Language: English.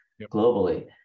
globally